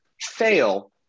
fail